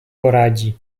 poradzi